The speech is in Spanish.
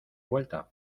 vuelta